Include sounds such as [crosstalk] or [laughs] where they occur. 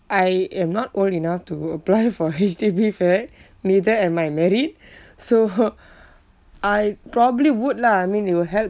I am not old enough to apply [laughs] for H_D_B flat neither am I married [breath] so [laughs] I probably would lah I mean it will help